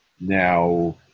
Now